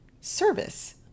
service